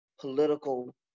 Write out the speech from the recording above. political